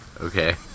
Okay